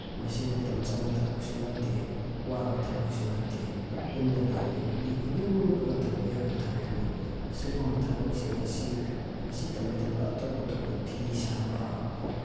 ꯃꯁꯤ ꯃꯇꯝ ꯆꯪꯕ ꯊꯕꯛꯁꯨ ꯅꯠꯇꯦ ꯋꯥꯕ ꯊꯕꯛꯁꯨ ꯅꯠꯇꯦ ꯌꯨꯝꯗ ꯂꯩꯔꯤꯕ ꯅꯨꯄꯤ ꯈꯨꯗꯤꯡꯃꯛꯅ ꯇꯧꯕ ꯌꯥꯕ ꯊꯕꯛꯅꯤ ꯑꯁꯤꯒꯨꯝꯕ ꯊꯕꯛꯁꯤꯡ ꯑꯁꯤ ꯑꯁꯤꯗ ꯅꯠꯇꯅ ꯑꯇꯣꯞ ꯑꯇꯣꯞꯄ ꯐꯤ ꯁꯥꯕ